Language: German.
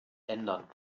ändern